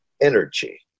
energy